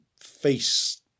face